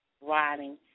riding